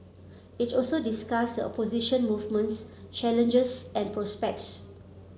it also discuss opposition movement's challenges and prospects